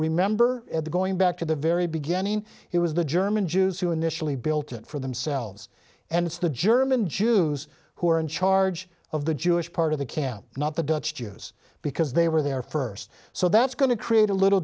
remember at the going back to the very beginning it was the german jews who initially built it for themselves and it's the german jews who are in charge of the jewish part of the camp not the dutch jews because they were there first so that's going to create a little